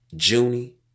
Junie